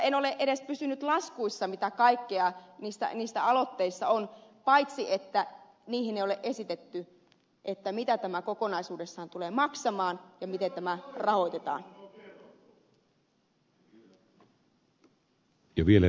en ole edes pysynyt laskuissa mitä kaikkea niissä aloitteissa on paitsi että niissä ei ole esitetty mitä tämä kokonaisuudessaan tulee maksamaan ja miten tämä rahoitetaan